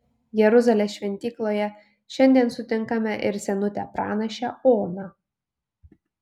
jeruzalės šventykloje šiandien sutinkame ir senutę pranašę oną